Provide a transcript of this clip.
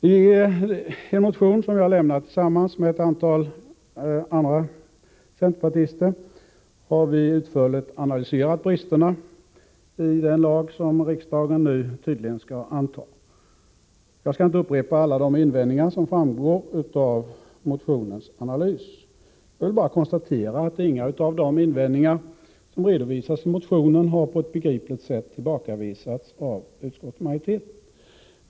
I en motion som jag lämnat tillsammans med ett antal andra centerpartister har vi utförligt analyserat bristerna i den lag som riksdagen nu tydligen skall anta. Jag skall inte upprepa alla de invändningar som framgår av motionens analys. Jag vill bara konstatera att ingen av de invändningar som redovisas i motionen har på ett begripligt sätt tillbakavisats av utskottsmajoriteterna.